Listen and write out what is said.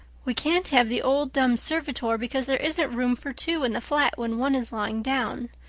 we can't have the old dumb servitor because there isn't room for two in the flat when one is lying down.